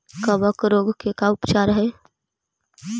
कबक रोग के का उपचार है?